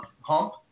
hump